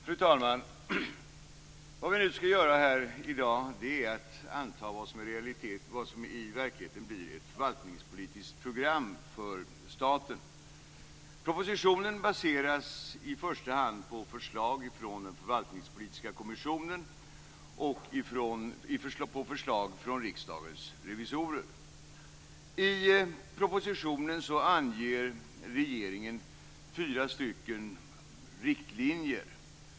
Fru talman! Vad vi nu skall göra i dag är att anta vad som i verkligheten blir ett förvaltningspolitiskt program för staten. Propositionen baseras i första hand på förslag från den förvaltningspolitiska kommissionen och på förslag från Riksdagens revisorer. I propositionen anger regeringen fyra riktlinjer.